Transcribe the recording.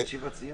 לפי חוק העונשין,